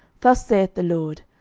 thus saith the lord,